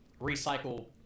recycle